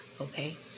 okay